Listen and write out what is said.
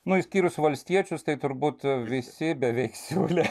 nu išskyrus valstiečius tai turbūt visi beveik siūlė